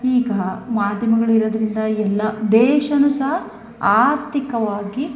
ಈಗ ಮಾಧ್ಯಮಗಳಿರೋದ್ರಿಂದ ಎಲ್ಲ ದೇಶಾನು ಸಹ ಆರ್ಥಿಕವಾಗಿ